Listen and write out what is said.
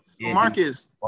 Marcus